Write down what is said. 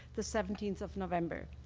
the seventeenth of november.